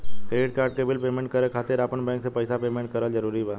Credit card के bill payment करे खातिर आपन बैंक से पईसा पेमेंट करल जरूरी बा?